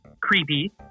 Creepy